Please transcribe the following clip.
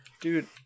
dude